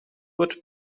good